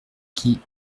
qui